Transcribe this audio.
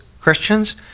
Christians